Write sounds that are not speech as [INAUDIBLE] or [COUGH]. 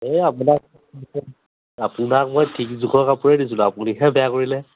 এই আপোনাক [UNINTELLIGIBLE] আপোনাক মই ঠিক জোখৰ কাপোৰে দিছিলোঁ আপুনিহে বেয়া কৰিলে